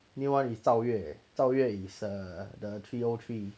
new one is 赵粤赵粤 is err the three O three